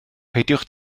peidiwch